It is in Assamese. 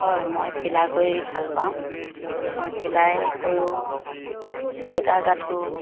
হয় মই চিলাই কৰি ভাল পাওঁ মই চিলাই কৰোঁ চুৱেটাৰ গাঠো